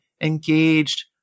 engaged